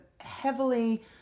heavily